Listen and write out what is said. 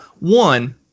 one